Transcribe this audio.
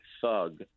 thug